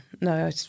no